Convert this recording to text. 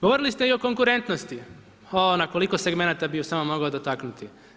Govorili ste i o konkurentnosti, na koliko segmentima bi ju samo mogao dotaknuti.